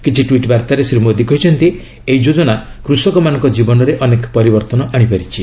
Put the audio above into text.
କିଛି ଟ୍ୱିଟ୍ ବାର୍ଭାରେ ଶ୍ରୀ ମୋଦୀ କହିଛନ୍ତି ଏହି ଯୋଜନା କୃଷକମାନଙ୍କ ଜୀବନରେ ଅନେକ ପରିବର୍ତ୍ତନ ଆଶିପାରିଛି